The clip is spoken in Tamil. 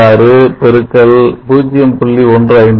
156 x 0